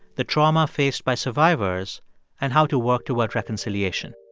the trauma faced by survivors and how to work towards reconciliation.